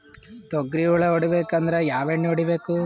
ತೊಗ್ರಿ ಹುಳ ಹೊಡಿಬೇಕಂದ್ರ ಯಾವ್ ಎಣ್ಣಿ ಹೊಡಿಬೇಕು?